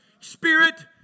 spirit